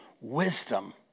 wisdom